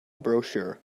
brochure